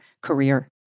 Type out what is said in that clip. career